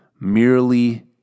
merely